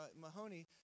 Mahoney